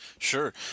Sure